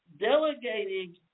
delegating